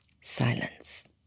Silence